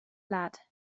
flat